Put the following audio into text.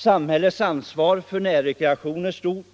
Samhällets ansvar för närrekreation är stort,